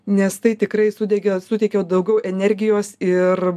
nes tai tikrai sudegė suteikiau daugiau energijos ir